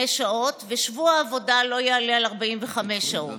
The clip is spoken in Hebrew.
שעות ושבוע עבודה לא יעלה על 45 שעות.